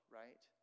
right